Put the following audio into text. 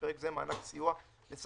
זה מעניין מאוד.